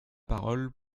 parole